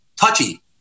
touchy